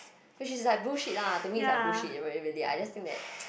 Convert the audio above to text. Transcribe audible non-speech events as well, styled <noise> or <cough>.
which is like bullshit lah to me is like bullshit r~ really I just think that <noise>